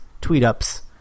tweet-ups